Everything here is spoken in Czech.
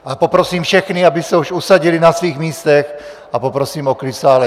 A poprosím všechny, aby se už usadili na svých místech, a poprosím o klid v sále.